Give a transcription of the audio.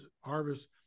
Harvest